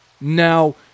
Now